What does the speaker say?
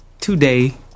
today